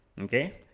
Okay